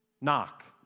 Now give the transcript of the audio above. knock